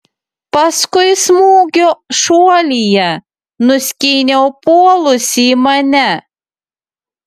paskui smūgiu šuolyje nuskyniau puolusį mane